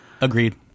Agreed